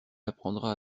apprendra